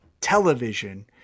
television